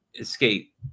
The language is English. escape